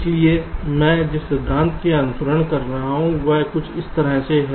इसलिए मैं जिस सिद्धांत का अनुसरण कर रहा हूं वह कुछ इस तरह है